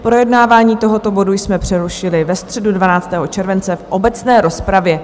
Projednávání tohoto bodu jsme přerušili ve středu 12. července v obecné rozpravě.